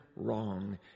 wrong